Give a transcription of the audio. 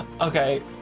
Okay